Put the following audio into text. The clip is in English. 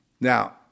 Now